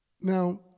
Now